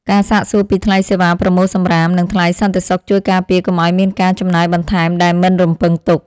ការសាកសួរពីថ្លៃសេវាប្រមូលសំរាម និងថ្លៃសន្តិសុខជួយការពារកុំឱ្យមានការចំណាយបន្ថែមដែលមិនរំពឹងទុក។